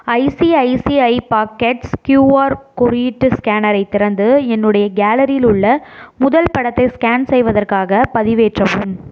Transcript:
ICICI pockets QR குறியீட்டு ஸ்கேனரை திறந்து என்னுடைய கேலரியில் உள்ள முதல் படத்தை ஸ்கேன் செய்வதற்காகப் பதிவேற்றவும்